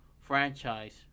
franchise